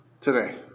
today